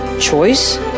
Choice